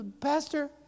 pastor